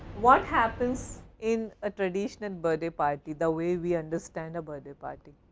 what happens in a traditional birthday party? the way we understand a birthday party